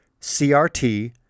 CRT